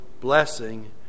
blessing